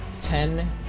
Ten